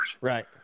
right